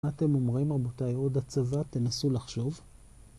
מה אתם אומרים רבותיי, עוד הצבה, תנסו לחשוב